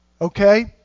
okay